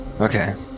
Okay